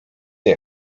nie